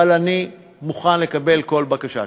אבל אני מוכן לקבל כל בקשה שלכם.